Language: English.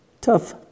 tough